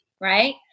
Right